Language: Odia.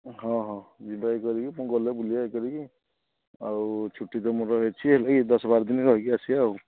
ହଁ ହଁ ଯିବା ଇଏ କରିକି ମୁଁ ଗଲେ ବୁଲିବା ଇଏ କରିକି ଆଉ ଛୁଟି ତ ମୋର ଅଛି ହେଲେ ଏଇ ଦଶ ବାର ଦିନ ରହିକି ଆସିବା ଆଉ